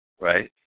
right